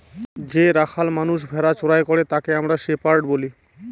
যে রাখাল মানষ ভেড়া চোরাই তাকে আমরা শেপার্ড বলি